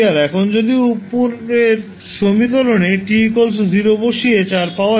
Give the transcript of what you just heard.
এখন যদি উপরের সমীকরণে t 0 বসিয়ে 4 পাওয়া যাবে